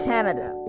Canada